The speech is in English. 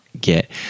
get